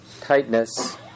tightness